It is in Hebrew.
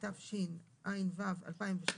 התשע"ו-2016,